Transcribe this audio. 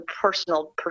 personal